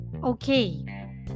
okay